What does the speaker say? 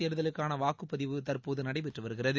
தேர்தலுக்கான வாக்குப்பதிவு தற்போது நடைபெற்று வருகிறது